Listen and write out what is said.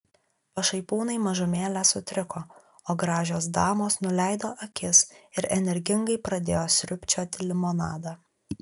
pašaipūnai mažumėlę sutriko o gražios damos nuleido akis ir energingai pradėjo sriubčioti limonadą